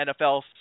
NFL